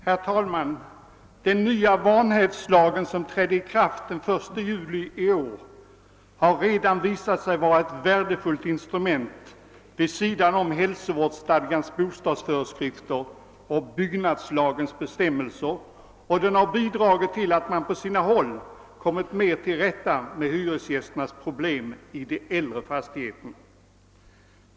Herr talman! Den nya vanhävdslagen, som trädde i kraft den 1 juli i år, har redan visat sig vara ett värdefullt instrument vid sidan om hälsovårdsstadgans bostadsföreskrifter och byggnadslagens bestämmelser, och den har bidragit till att man på sina håll kommit bättre till rätta med hyresgästernas problem i de äldre fastigheterna.